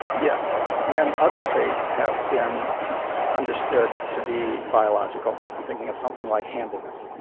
yes. when other traits have been understood to be biological i'm thinking of something like handedness. you